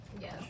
Yes